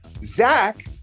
Zach